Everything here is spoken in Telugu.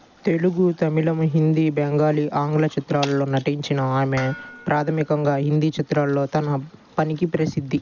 తెలుగు తమిళం హిందీ బెంగాలీ ఆంగ్ల చిత్రాల్లో నటించినా ఆమె ప్రాధమికంగా హిందీ చిత్రాల్లో తన పనికి ప్రసిద్ధి